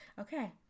Okay